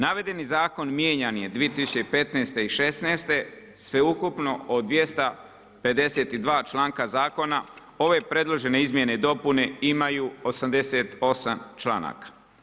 Navedeni zakon mijenjan je 2015. i šesnaeste sveukupno od 252. članka zakona, ove predložene izmjene i dopune imaju 88 članaka.